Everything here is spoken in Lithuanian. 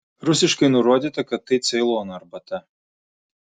rusiškai nurodyta kad tai ceilono arbata